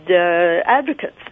advocates